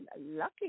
lucky